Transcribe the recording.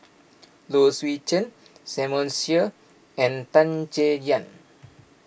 Low Swee Chen Samuel Dyer and Tan Chay Yan